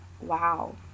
Wow